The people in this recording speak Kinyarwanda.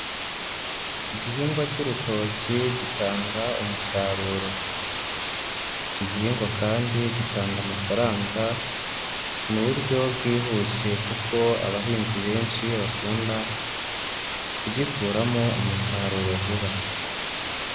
Igihingwa cy'urutoki gitanga umusaruro, iki gihingwa kandi gitanga amafaranga mu buryo bwihuse kuko abahinzi benshi bakunda kugikuramo umusaruro vuba.